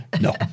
No